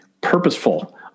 purposeful